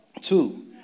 Two